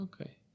Okay